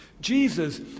Jesus